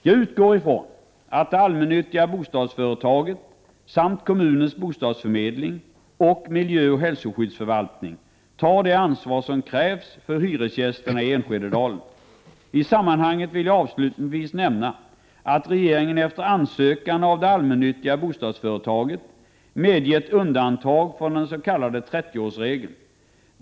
Jag utgår ifrån att det allmännyttiga bostadsföretaget samt kommunens bostadsförmedling och miljöoch hälsoskyddsförvaltningen tar det ansvar som krävs för hyresgästerna i Enskededalen. I sammanhanget vill jag avslutningsvis nämna att regeringen efter ansökan av det allmännyttiga bostadsföretaget medgett undantag från den s.k. 30-årsregeln.